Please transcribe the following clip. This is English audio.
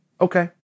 okay